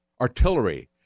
artillery